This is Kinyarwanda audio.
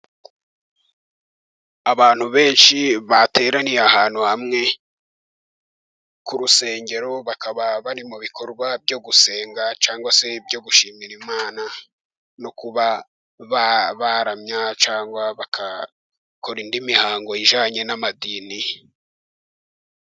Abantu benshi bateraniye ahantu hamwe ku rusengero bakaba bari mu bikorwa byo gusenga cyangwa se ibyo gushimira Imana, no kuba baramya cyangwa bagakora indi mihango ijyanye n'amadini.